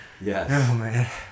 Yes